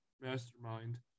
mastermind